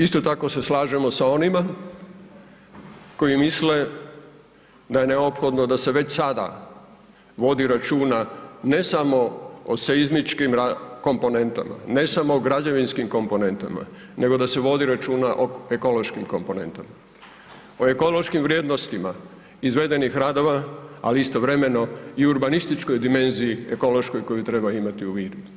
Isto tako se slažemo sa onima koji misle da je neophodno da se već sada vodi računa ne samo o seizmičkim komponentama, ne samo o građevinskim komponentama, nego da se vodi računa o ekološkim komponentama, o ekološkim vrijednostima izvedenih radova, ali istovremeno i urbanističkoj dimenziji ekološkoj koju treba imati u vidu.